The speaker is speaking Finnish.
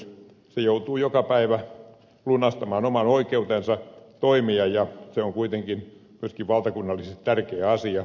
se joutuu joka päivä lunastamaan oman oikeutensa toimia ja se on kuitenkin myöskin valtakunnallisesti tärkeä asia